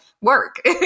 work